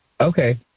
Okay